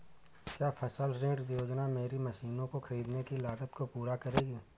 क्या फसल ऋण योजना मेरी मशीनों को ख़रीदने की लागत को पूरा करेगी?